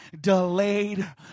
delayed